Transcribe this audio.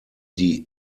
die